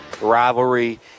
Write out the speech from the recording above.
rivalry